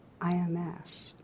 IMS